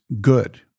good